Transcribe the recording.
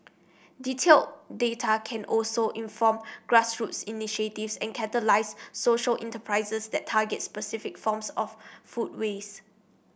detailed data can also inform grassroots initiatives and catalyse social enterprises that target specific forms of food waste